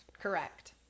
Correct